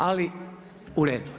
Ali u redu.